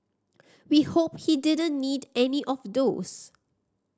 we hope he didn't need any of those